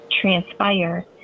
transpire